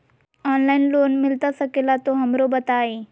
Online loan मिलता सके ला तो हमरो बताई?